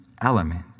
element